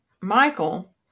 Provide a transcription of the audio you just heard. Michael